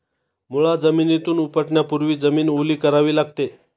मुळा जमिनीतून उपटण्यापूर्वी जमीन ओली करावी लागते